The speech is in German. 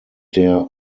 der